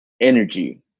energy